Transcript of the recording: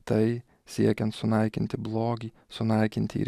tai siekiant sunaikinti blogį sunaikinti ir